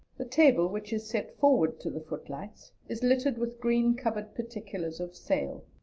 the table, which is set forward to the footlights, is littered with green-covered particulars of sale.